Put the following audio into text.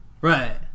right